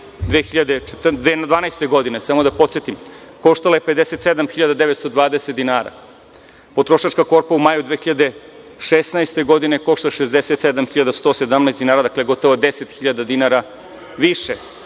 2012. godine, samo da podsetim, koštala je 57.920 dinara. Potrošačka korpa u maju 2016. godine košta 67.117. dinara. Dakle, gotovo je 10 hiljada dinara više.